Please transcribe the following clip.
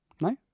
No